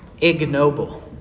ignoble